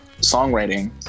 songwriting